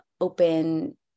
open